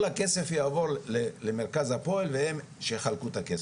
כל הכסף יעבור למרכז הפועל, והם יחלקו את הכסף.